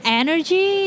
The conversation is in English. energy